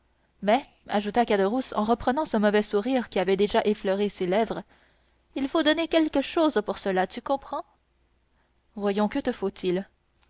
mais ajouta caderousse en reprenant ce mauvais sourire qui avait déjà effleuré ses lèvres il faut donner quelque chose pour cela tu comprends voyons que te faut-il